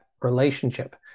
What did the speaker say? relationship